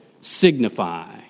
signify